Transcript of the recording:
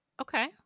okay